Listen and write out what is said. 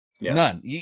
None